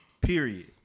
period